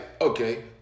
okay